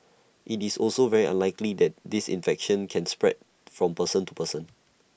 IT is also very unlikely that this infection can spread from person to person